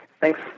Thanks